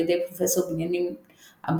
על ידי פרופסור בנימין אברהמוב,